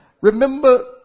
Remember